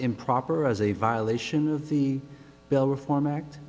improper as a violation of the bill reform act